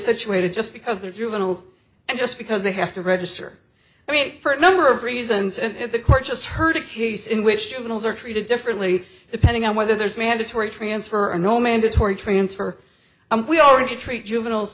situated just because they're juveniles and just because they have to register i mean for a number of reasons and the court just heard it he's in which juveniles are treated differently depending on whether there's mandatory transfer or no mandatory transfer and we already treat juveniles